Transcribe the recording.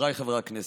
חבריי חברי הכנסת,